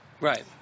Right